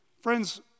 Friends